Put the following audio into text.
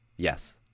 Yes